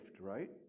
right